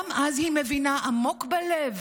גם אז היא מבינה עמוק בלב